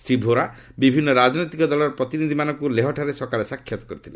ଶ୍ରୀ ଭୋରା ବିଭିନ୍ନ ରାଜନୈତିକ ଦଳର ପ୍ରତିନିଧ୍ୟମାନଙ୍କୁ ଲେହ ଠାରେ ସକାଳେ ସାକ୍ଷାତ କରିଥିଲେ